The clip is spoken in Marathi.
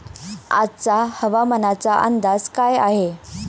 आजचा हवामानाचा अंदाज काय आहे?